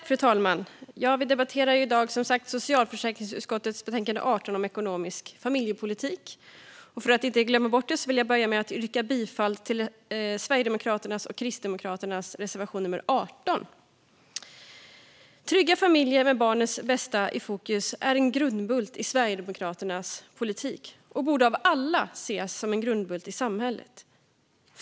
Fru talman! Vi debatterar som sagt socialförsäkringsutskottets betänkande 18 om ekonomisk familjepolitik. För att jag inte ska glömma bort det vill jag börja med att yrka bifall till Sverigedemokraternas och Kristdemokraternas reservation nummer 18. Trygga familjer där barnens bästa är i fokus är en grundbult i Sverigedemokraternas politik och borde av alla ses som en grundbult i samhället.